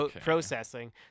processing